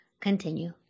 continue